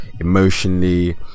emotionally